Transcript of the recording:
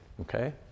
Okay